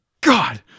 God